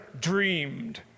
dreamed